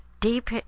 deep